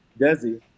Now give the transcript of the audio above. Desi